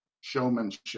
showmanship